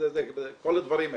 כל הדברים האלה.